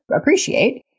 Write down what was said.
appreciate